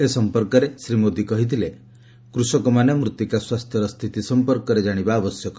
ଏ ସଂପର୍କରେ ଶ୍ରୀ ମୋଦୀ କହିଥିଲେ କୃଷକମାନେ ମୃଭିକା ସ୍ୱାସ୍ଥ୍ୟର ସ୍ଥିତି ସଂପର୍କରେ ଜାଣିବା ଆବଶ୍ୟକ